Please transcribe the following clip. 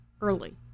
early